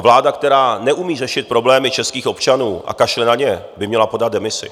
Vláda, která neumí řešit problémy českých občanů a kašle na ně, by měla podat demisi.